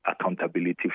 accountability